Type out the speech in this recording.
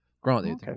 granted